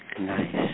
Nice